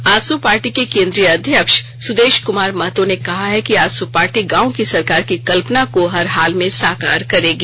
AJSU party के केंद्रीय अध्यक्ष सुदेश कुमार महतो ने कहा है कि आजसू पार्टी गांव की सरकार की कल्पना को हर हाल में साकार करेगी